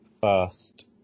first